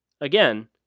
Again